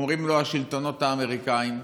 אומרים לו השלטונות האמריקאיים: